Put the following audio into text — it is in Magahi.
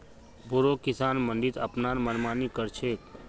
बोरो किसान मंडीत अपनार मनमानी कर छेक